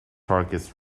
targets